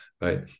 right